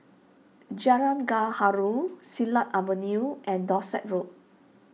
Jalan Gaharu Silat Avenue and Dorset Road